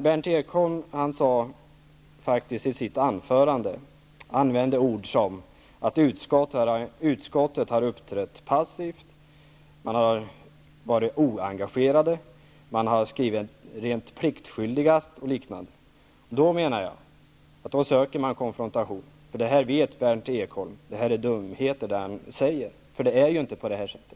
Berndt Ekholm använde i sitt anförande ord som att utskottet har uppträtt passivt, varit oengagerat, skrivit saker pliktskyldigast, osv. Om man säger det söker man enligt min mening konfrontation. Detta vet Berndt Ekholm. Det som han säger är dumheter, eftersom det inte är på detta sätt.